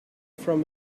from